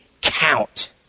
count